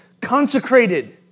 consecrated